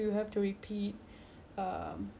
except for school show cause like for our